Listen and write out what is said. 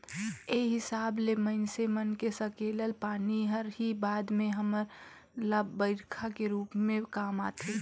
ए हिसाब ले माइनसे मन के सकेलल पानी हर ही बाद में हमन ल बईरखा के रूप में काम आथे